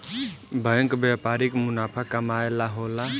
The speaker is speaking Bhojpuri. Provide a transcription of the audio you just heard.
बैंक व्यापारिक मुनाफा कमाए ला होला